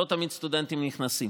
לא תמיד סטודנטים נכנסים.